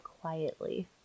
quietly